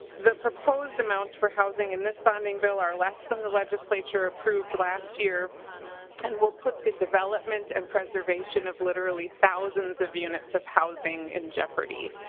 the proposed amount for housing in this bonding bill are less than the legislature approved last year and will put the development and preservation of literally thousands of units of housing in jeopardy.